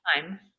time